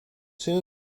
soon